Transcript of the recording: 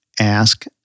ask